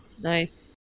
Nice